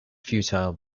futile